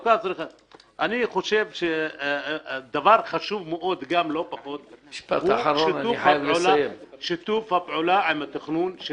אני חושב שדבר חשוב מאוד לא פחות הוא שיתוף הפעולה עם התכנון של